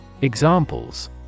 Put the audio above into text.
Examples